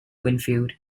winfield